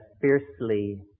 fiercely